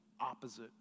opposite